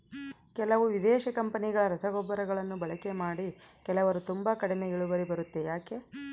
ಕೆಲವು ವಿದೇಶಿ ಕಂಪನಿಗಳ ರಸಗೊಬ್ಬರಗಳನ್ನು ಬಳಕೆ ಮಾಡಿ ಕೆಲವರು ತುಂಬಾ ಕಡಿಮೆ ಇಳುವರಿ ಬರುತ್ತೆ ಯಾಕೆ?